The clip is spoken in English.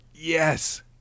Yes